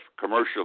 commercial